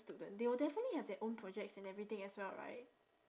student they will definitely have their own projects and everything as well right